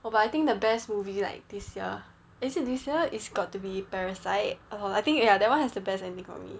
oh but I think the best movie like this year is it this year it's got to be parasite I think ya that [one] has the best ending for me